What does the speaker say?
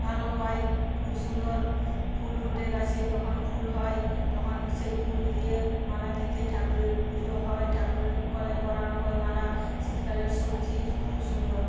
ভালো হয় খুব সুন্দর ফুল ফোটে গাছে যখন ফুল হয় তখন সেই ফুল দিয়ে মালা গেঁথে ঠাকুরের পুজো হয় ঠাকুরের গলায় পরানো হয় মালা শীতকালের সবজি খুব সুন্দর